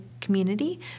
community